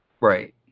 Right